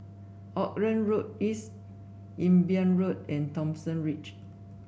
Auckland Road East Imbiah Road and Thomson Ridge